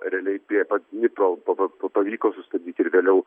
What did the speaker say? realiai prie pat dnipro pa pa pavyko sustabdyti ir vėliau